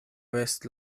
vez